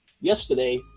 yesterday